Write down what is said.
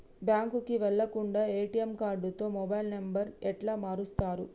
బ్యాంకుకి వెళ్లకుండా ఎ.టి.ఎమ్ కార్డుతో మొబైల్ నంబర్ ఎట్ల మారుస్తరు?